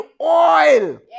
oil